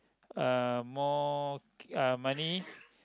uh more uh money